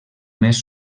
més